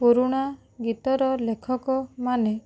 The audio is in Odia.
ପୁରୁଣା ଗୀତର ଲେଖକମାନେ